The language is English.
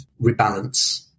rebalance